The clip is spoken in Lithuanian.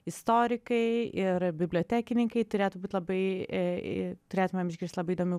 istorikai ir bibliotekininkai turėtų būti labai turėtumėm išgirsti labai įdomių